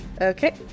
Okay